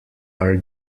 are